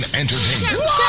entertainment